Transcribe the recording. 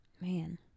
man